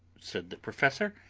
said the professor,